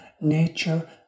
nature